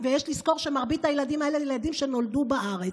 יש לזכור שמרבית הילדים האלה הם ילדים שנולדו בארץ.